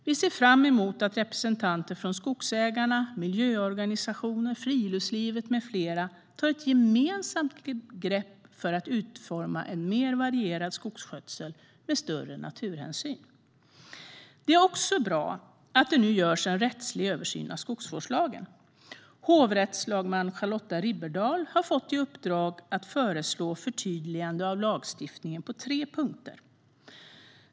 Vi ser fram emot att representanter från skogsägarna, miljöorganisationer, friluftslivet med flera tar ett gemensamt grepp för att utforma en mer varierad skogsskötsel med större naturhänsyn. Det är också bra att det nu görs en rättslig översyn av skogsvårdslagen. Hovrättslagman Charlotta Riberdahl har fått i uppdrag att föreslå förtydligande av lagstiftningen på tre punkter.